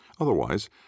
Otherwise